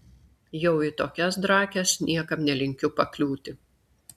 jau į tokias drakes niekam nelinkiu pakliūti